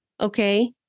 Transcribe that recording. Okay